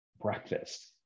breakfast